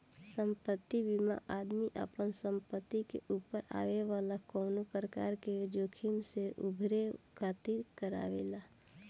संपत्ति बीमा आदमी आपना संपत्ति के ऊपर आवे वाला कवनो प्रकार के जोखिम से उभरे खातिर करावेला